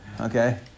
okay